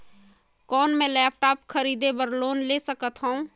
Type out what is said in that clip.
कौन मैं लेपटॉप खरीदे बर लोन ले सकथव?